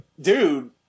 dude